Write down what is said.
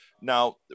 Now